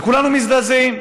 וכולנו מזדעזעים.